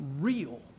real